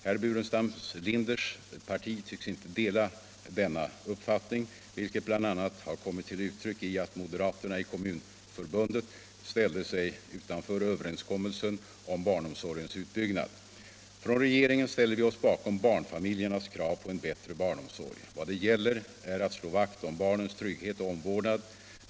Herr Burenstam Linders parti tycks inte dela denna uppfattning, vilket bl.a. har kommit till uttryck i att moderaterna i Kommunförbundet ställde sig utanför överenskommelsen om barnomsorgens utbyggnad. Från regeringen ställer vi oss bakom barnfamiljernas krav på en bättre barnomsorg. Vad det gäller är att slå vakt om barnens trygghet och omvårdnad.